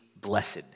Blessed